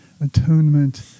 atonement